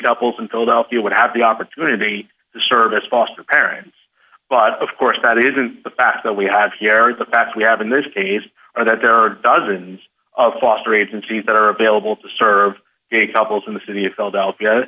couples in philadelphia would have the opportunity to serve as foster parents but of course that isn't the fact that we have here are the facts we have in this case that there are dozens of foster agencies that are available to serve a couples in the city of philadelphia